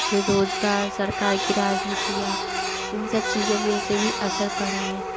फिर रोज़गार सरकार की राजनीतियाँ इन सब चीज़ों मे से भी असर पड़ा है